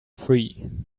free